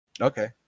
Okay